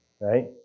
right